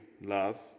Love